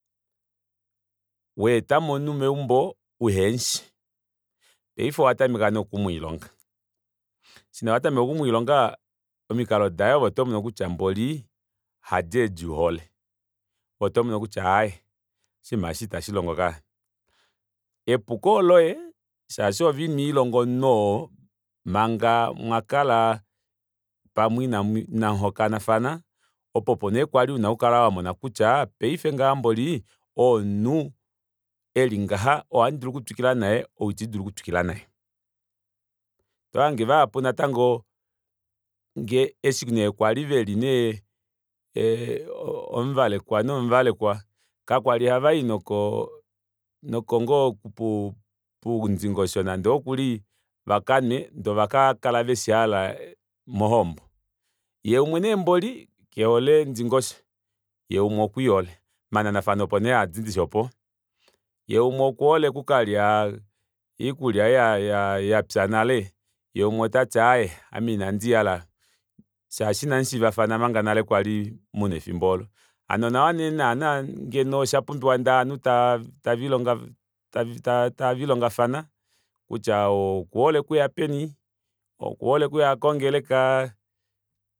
Weetamo omunhu meumbo uhemushi paife owatameka nee oku mwiilonga eshi nee watameka okumwiilonga omikalo daye ove otomono kutya hadeedi uhole ove otomono kutya oshinima eshi itashilongo kaya epuko oloye shaashi oove inwilonga omunhu oo manga mwakala pamwe inamu hokanafana opopo nee kwali una okukala wamona kutya paife ngaha mboli oo omunhu elingaha ou ohadi dulu okutwikila naye ou itandi dulu okutwikila naye oto hange vahapu eshi neekwali veli nee omuvalekwa nomuvalekwa kakwali havayi poundingosho nande okuli vakanwe ndee ovakakala veshi hala mohombo yee umwe neemboli kehole ondingosho yee umwe okwiihole omananafano opo neehadi ndishi opo yee umwe okuhole okukalya iikulya yapya nale yeeumwe otati aaye ame inandihala aayo shaashi inamushiivafana nawa nale manga mwali pamwe efimbo oolo hano onawa nee nana ngeno oshapumbiwa ndee ovanhu tavilongafana kutya ou okuhole okuya peni ou okuhole okuya kongeleka